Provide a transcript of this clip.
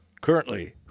currently